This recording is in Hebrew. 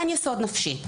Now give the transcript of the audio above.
אין יסוד נפשי.